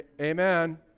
Amen